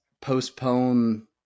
postpone